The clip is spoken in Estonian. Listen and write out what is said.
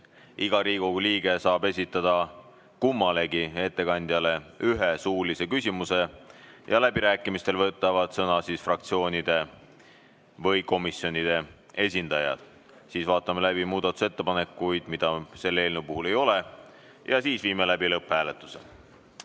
Iga Riigikogu liige saab esitada kummalegi ettekandjale ühe suulise küsimuse. Läbirääkimistel võtavad sõna fraktsioonide ja komisjonide esindajad. Siis vaata[ksi]me läbi muudatusettepanekud, aga neid selle eelnõu puhul ei ole. Seejärel viime läbi lõpphääletuse.